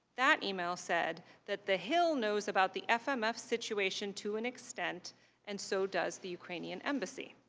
that email said that the hill knows about the fms situation to an extent and so does the ukrainian embassy.